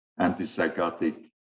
antipsychotic